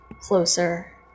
closer